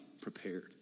prepared